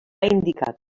indicat